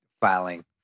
filing